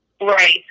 Right